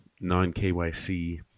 non-KYC